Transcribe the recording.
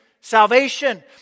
salvation